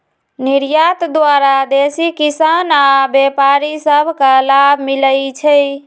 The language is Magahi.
निर्यात द्वारा देसी किसान आऽ व्यापारि सभ के लाभ मिलइ छै